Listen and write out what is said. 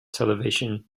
television